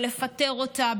בלפטר אותה,